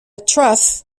truss